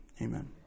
Amen